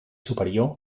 superior